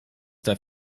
der